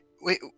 Wait